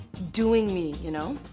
doing me, you know?